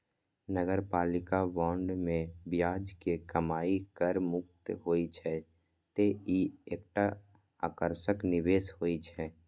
नगरपालिका बांड मे ब्याज के कमाइ कर मुक्त होइ छै, तें ई एकटा आकर्षक निवेश होइ छै